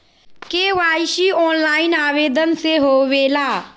KYC online आवेदन से होवे ला?